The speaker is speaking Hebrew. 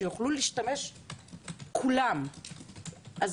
שיוכלו כולם להשתמש.